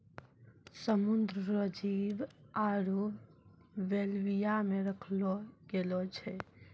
समुद्र रो जीव आरु बेल्विया मे रखलो गेलो छै